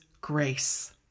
grace